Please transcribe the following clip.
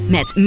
Met